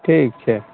ठीक छै